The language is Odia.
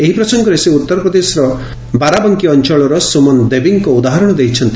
ଏହି ପ୍ରସଙ୍ଙରେ ସେ ଉଉରପ୍ରଶେର ବାରାବାଙ୍କୀ ଅଅଳର ସୁମନ ଦେବୀଙ୍କ ଉଦାହରଶ ଦେଇଛନ୍ତି